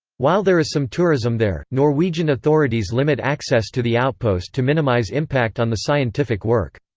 while there is some tourism there, norwegian authorities limit access to the outpost to minimize impact on the scientific work.